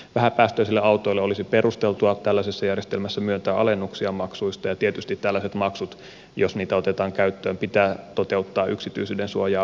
vähäpäästöisille autoille olisi perusteltua tällaisessa järjestelmässä myöntää alennuksia maksuista ja tietysti tällaiset maksut jos niitä otetaan käyttöön pitää toteuttaa yksityisyydensuojaa vaarantamatta